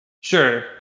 Sure